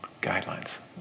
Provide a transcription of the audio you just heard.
guidelines